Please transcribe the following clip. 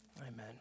Amen